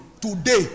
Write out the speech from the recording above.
Today